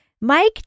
Mike